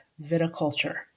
viticulture